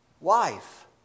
wife